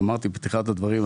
אמרתי בפתיחת הדברים,